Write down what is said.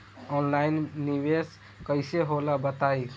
Online निवेस कइसे होला बताईं?